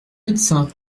médecin